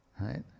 right